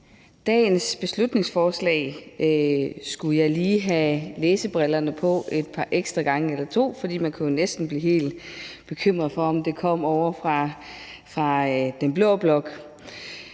dagens beslutningsforslag skulle jeg lige have læsebrillerne på en ekstra gang eller to, for man kunne næsten blive helt bekymret for, om det kom ovre fra den blå blok.